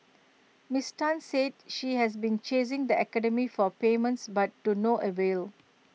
miss Tan said she has been chasing the academy for payments but to no avail